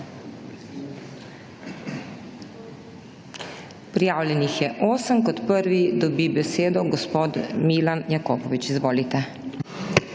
Prijavljenih je osem. Kot prvi dobi besedo gospod Milan Jakopovič. Izvolite.